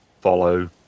follow